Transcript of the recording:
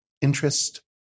interest